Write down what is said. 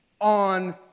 on